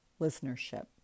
listenership